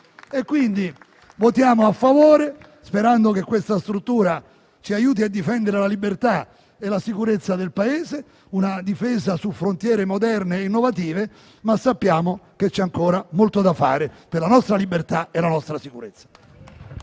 quindi a favore, sperando che questa struttura ci aiuti a difendere la libertà e la sicurezza del Paese, una difesa su frontiere moderne e innovative, ma sappiamo che c'è ancora molto da fare per la nostra libertà e la nostra sicurezza.